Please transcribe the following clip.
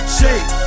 shake